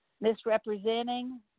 misrepresenting